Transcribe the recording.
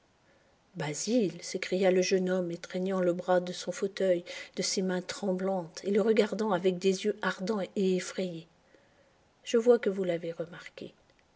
basil s'écria le jeune homme étreignant les bras de son fauteuil de ses mains tremblantes et le regardant avec des yeux ardents et effrayés je vois que vous l'avez remarqué